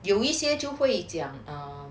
有一些就会讲 um